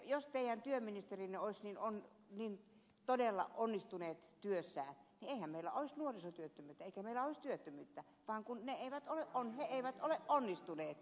jos teidän työministerinne olisivat todella onnistuneet työssään niin eihän meillä olisi nuorisotyöttömyyttä eikä meillä olisi työttömyyttä vaan kun he eivät ole onnistuneet